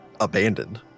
abandoned